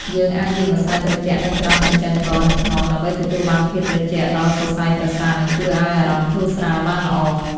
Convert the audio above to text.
យើងអាចលាបម្សៅត្រជាក់នៅត្រង់កញ្ចឹងកនិងខ្នងដើម្បីទទួលបានភាពត្រជាក់ដល់សរសៃប្រសាទនិងជួយឱ្យអារម្មណ៍ធូរស្រាលបានល្អ។